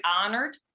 honored